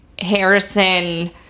Harrison